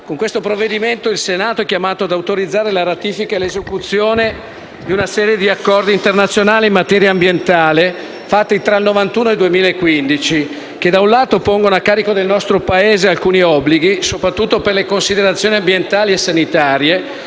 con il provvedimento in esame il Senato è chiamato ad autorizzare la ratifica e l'esecuzione di una serie di accordi internazionali in materia ambientale, fatti tra il 1991 ed il 2015. Essi, da un lato, pongono a carico del nostro Paese alcuni obblighi, soprattutto per le considerazioni ambientali e sanitarie